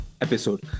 episode